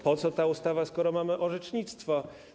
Po co ta ustawa, skoro mamy orzecznictwo?